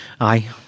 Aye